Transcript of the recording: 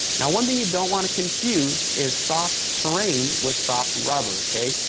now, one thing you don't want to confuse is soft terrain with soft rubber, okay?